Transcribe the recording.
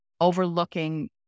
overlooking